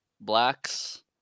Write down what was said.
blacks